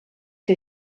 que